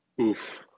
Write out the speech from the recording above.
Oof